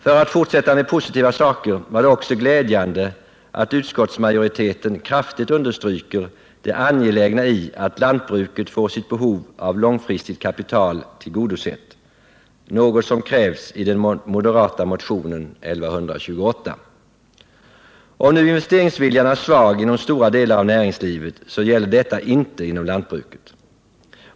För att fortsätta med positiva saker är det också glädjande att utskottsmajoriteten kraftigt understryker det angelägna i att lantbruket får sitt behov av långfristigt kapital tillgodosett, något som krävts i den moderata motionen 1128. Om nu investeringsviljan är svag inom stora delar av näringslivet så gäller detta inte inom lantbruket.